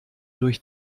durch